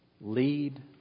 Lead